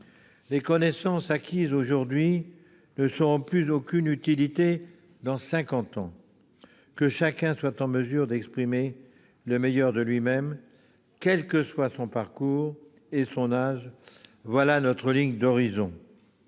Les connaissances acquises aujourd'hui ne nous seront plus d'aucune utilité dans cinquante ans. Que chacun soit en mesure d'exprimer le meilleur de lui-même, quels que soient son parcours et son âge : voilà notre ligne d'horizon